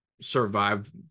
survive